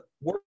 work